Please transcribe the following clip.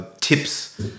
tips